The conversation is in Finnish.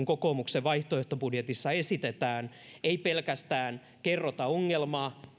kokoomuksen vaihtoehtobudjetissa ei pelkästään kerrota ongelmaa